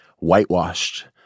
whitewashed